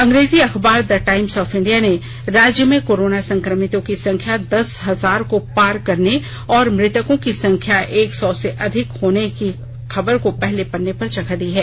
अंग्रेजी अखबार the Times of India ने राज्य में कोरोना संक्रमितों की संख्या दस हजार को पार करने और मुतकों की संख्या एक सौ से अधिक होने को पहले पन्ने पर जगह दी है